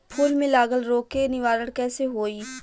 फूल में लागल रोग के निवारण कैसे होयी?